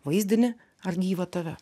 vaizdinį ar gyvą tave